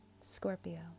Scorpio